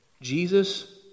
Jesus